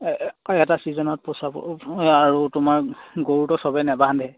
এটা ছিজনত পচাব আৰু তোমাৰ গৰুটো চবেই নেবান্ধে